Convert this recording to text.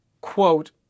quote